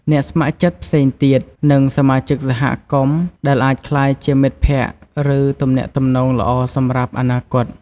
អ្នកស្ម័គ្រចិត្តផ្សេងទៀត និងសមាជិកសហគមន៍ ដែលអាចក្លាយជាមិត្តភក្តិ ឬទំនាក់ទំនងល្អសម្រាប់អនាគត។